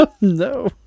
No